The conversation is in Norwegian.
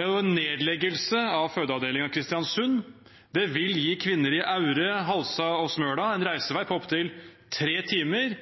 En nedleggelse av fødeavdelingen i Kristiansund vil gi kvinner i Aure, Halsa og Smøla en reisevei på opptil tre timer.